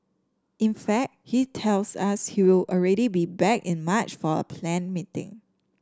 in fact he tells us he will already be back in March for a planned meeting